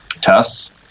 tests